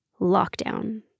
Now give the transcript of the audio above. lockdown